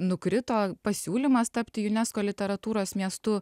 nukrito pasiūlymas tapti junesko literatūros miestu